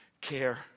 care